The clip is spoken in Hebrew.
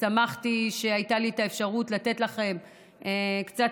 ושמחתי שהייתה לי אפשרות לתת לכם קצת